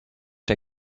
der